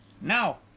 now